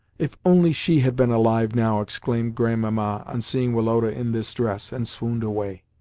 if only she had been alive now! exclaimed grandmamma on seeing woloda in this dress, and swooned away.